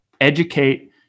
Educate